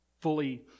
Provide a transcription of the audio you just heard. fully